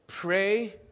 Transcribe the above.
pray